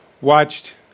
watched